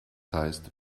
heißt